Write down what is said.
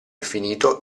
finito